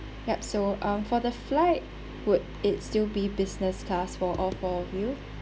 yup so um for the flight would it still be business class for all four of you